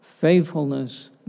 faithfulness